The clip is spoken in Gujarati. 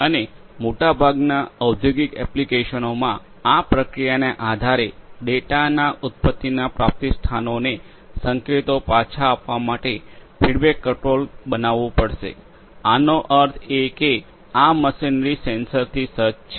અને મોટાભાગના ઔદ્યોગિક એપ્લિકેશનોમાં આ પ્રક્રિયાના આધારે ડેટાના ઉત્પત્તિના પ્રાપ્તિસ્થાનોને સંકેતો પાછા આપવા માટે ફીડબેક કંટ્રોલ બનાવવું પડશે આનો અર્થ એ કે આ મશીનરી સેન્સરથી સજ્જ છે